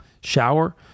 shower